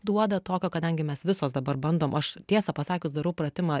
duoda tokio kadangi mes visos dabar bandom aš tiesą pasakius darau pratimą